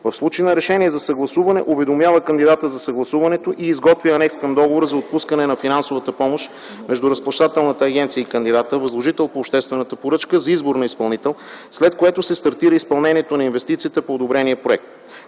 В случай на решение за съгласуване, уведомява кандидата за съгласуването и изготвя анекс към договора за отпускане на финансова помощ между Разплащателната агенция и кандидата – възложител по обществена поръчка за избор на изпълнител, след което се стартира изпълнението на инвестицията по одобрения проект.